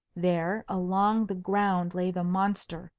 there along the ground lay the monster,